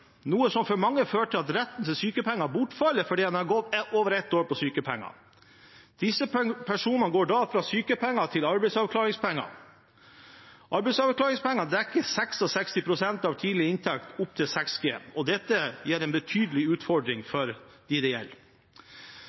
noe som for mange fører til at retten til sykepenger bortfaller fordi en har gått over ett år på sykepenger. Disse personene går da fra sykepenger til arbeidsavklaringspenger. Arbeidsavklaringspenger dekker 66 pst. av tidligere inntekt opptil 6 G. Dette er en betydelig utfordring for dem det gjelder.